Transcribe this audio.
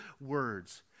words